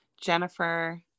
Jennifer